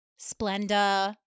Splenda